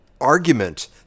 argument